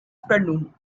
afternoon